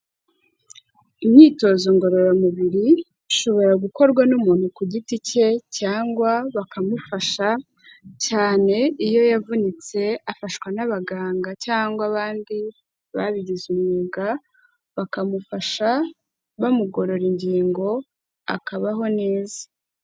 Imyitozo ngororamubiri ishobora gukorwa n'umuntu ku giti cye cyangwa bakamufasha, cyane iyo yavunitse afashwa n'abaganga cyangwa abandi babigize umwuga, bakamufasha bamugorora ingingo, akabaho neza.